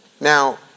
Now